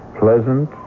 pleasant